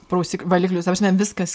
prausik valiklius ta prasme viskas